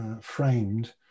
framed